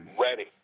ready